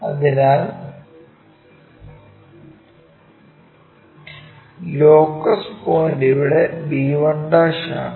അതിനാൽ locus point ഇവിടെ b1 ആണ്